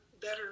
better